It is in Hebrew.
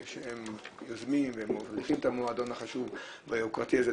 שהם יוזמים והם מוליכים את המועדון החשוב והיוקרתי הזה.